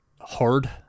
hard